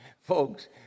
Folks